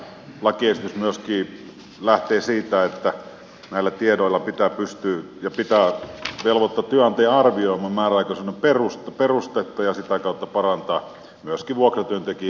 lakiesitys myöskin lähtee siitä että näillä tiedoilla pitää pystyä ja pitää velvoittaa työnantaja arvioimaan määräaikaisuuden perustetta ja sitä kautta parantaa myöskin vuokratyöntekijän asemaa